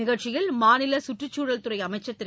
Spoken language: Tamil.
நிகழ்ச்சியில் மாநில சுற்றுச்சூழல் துறை அமைச்சர் திரு